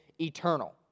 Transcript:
eternal